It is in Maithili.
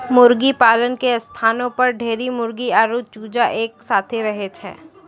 मुर्गीपालन के स्थानो पर ढेरी मुर्गी आरु चूजा एक साथै रहै छै